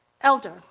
elder